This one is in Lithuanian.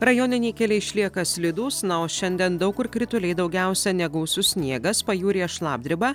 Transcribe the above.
rajoniniai keliai išlieka slidūs na o šiandien daug kur krituliai daugiausia negausus sniegas pajūryje šlapdriba